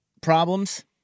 problems